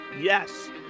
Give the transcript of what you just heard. Yes